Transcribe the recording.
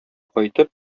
кайтып